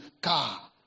car